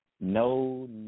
no